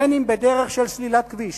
בין אם בדרך של סלילת כביש,